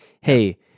hey